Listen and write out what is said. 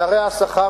פערי השכר,